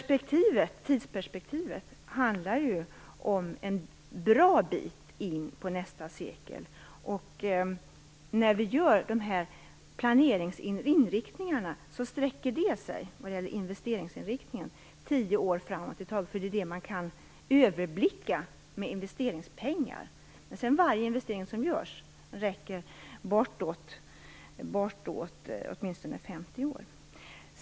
Tidsperspektivet gäller en bra bit in i nästa sekel. De investeringsinriktningar som vi gör sträcker sig tio år framåt i tiden, eftersom det är den tid man kan överblicka vad gäller investeringspengar. Men varje investering som görs räcker åtminstone 50 år.